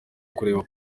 kureba